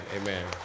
amen